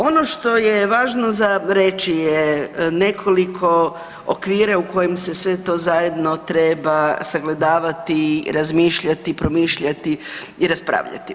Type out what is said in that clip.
Ono što je važno za reći je nekoliko okvira u kojem se sve to zajedno treba sagledavati, razmišljati, promišljati i raspravljati.